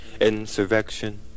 Insurrection